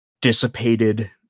dissipated